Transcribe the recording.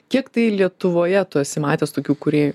kiek tai lietuvoje tu esi matęs tokių kūrėjų